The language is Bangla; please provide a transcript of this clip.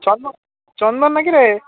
চন্দন চন্দন না কি রে